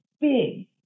big